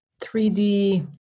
3d